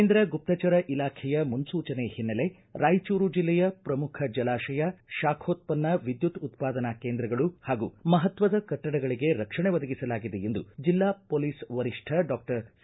ಕೇಂದ್ರ ಗುಪ್ತಚರ ಇಲಾಖೆಯ ಮುನ್ಲೂಚನೆ ಹಿನ್ನೆಲೆ ರಾಯಚೂರು ಜಿಲ್ಲೆಯ ಪ್ರಮುಖ ಜಲಾಶಯ ಶಾಖೋತ್ತನ್ನ ವಿದ್ಯುತ್ ಉತ್ಪಾದನಾ ಕೇಂದ್ರಗಳು ಹಾಗೂ ಮಹತ್ವದ ಕಟ್ಟಡಗಳಿಗೆ ರಕ್ಷಣೆ ಒದಗಿಸಲಾಗಿದೆ ಎಂದು ಜಿಲ್ಲಾ ಪೊಲೀಸ್ ವರಿಷ್ಠ ಡಾಕ್ಷರ್ ಸಿ